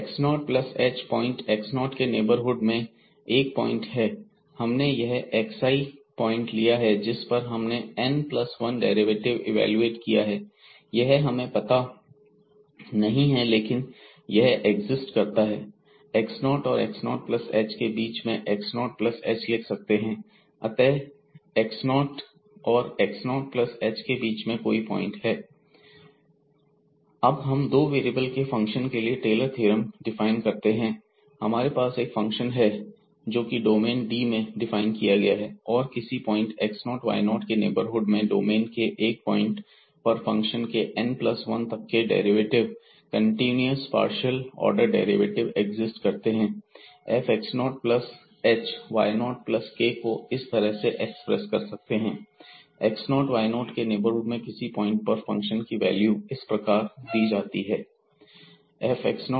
fn1x0ξx x0 plus h point x0 के neighbourhood में 1 point है हमने यह xi पॉइंट लिया है जिस पर हमने n प्लस 1 डेरिवेटिव इवेलुएट किया है यह हमे पता नहीं है लेकिन यह एक्सिस्ट करता है x 0 और x0 प्लस h के बीच में x0 प्लस hलिख सकते हैं अतः यह x0 और x0 प्लस h के बीच का कोई पॉइंट है 8 अब हम दो वेरिएबल के फंक्शन के लिए टेलर थ्योरम डिफाइन करते हैं हमारे पास एक फंक्शन है जो कि डोमेन D में डिफाइन किया गया है और किसी पॉइंट x0 y0 के नेबरहुड में डोमेन के एक पॉइंट पर फंक्शन के n प्लस 1 तक ऑर्डर के continuous partial order derivative exist करते हैं f x0 plus h y0 plus k को इस तरह एक्सप्रेस कर सकते हैं x0 y0 के नेबरहुड के किसी पॉइंट पर फंक्शन की वैल्यू इस प्रकार दी जाती है fx0hy0k fx0y0h∂xk∂yfx0y012